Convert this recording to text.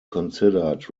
considered